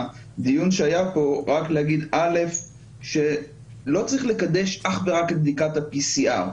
מהדיון שהיה פה רק להגיד אלף שלא צריך לקדש אך ורק את בדיקת ה-PCR,